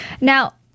Now